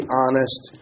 honest